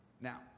Now